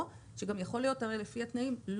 או שלפי התנאים,